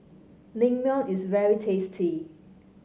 Naengmyeon is very tasty